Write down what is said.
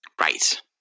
right